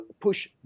push